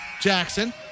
Jackson